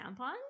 tampons